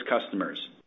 customers